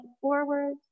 forward